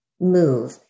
move